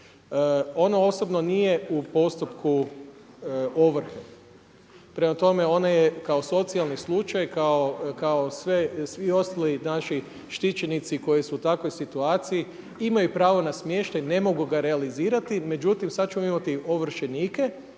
Ona osobno nije u postupku ovrhe. Prema tome, ona je kao socijalni slučaj, kao svi ostali naši štićenici koji su u takvoj situaciji imaju pravo na smještaj, ne mogu ga realizirati. Međutim, sad ćemo imati ovršenike